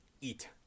eat